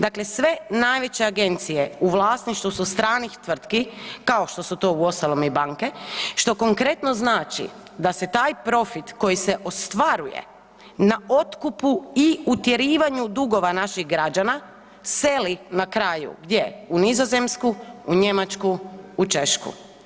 Dakle, sve najveće agencije u vlasništvu su stranih tvrtki kao što su to uostalom i banke što konkretno znači da se taj profit koji se ostvaruje na otkupu i utjerivanju dugova naših građana seli na kraju gdje u Nizozemsku, u Njemačku, u Češku.